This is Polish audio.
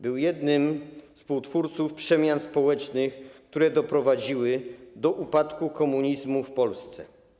Był jednym ze współtwórców przemian społecznych, które doprowadziły do upadku komunizmu w Polsce.